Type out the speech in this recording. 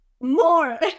more